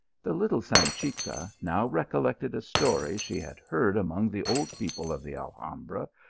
the little sanchica now recollected a story she had heard among the old people of the alhambra,